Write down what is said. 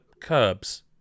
curbs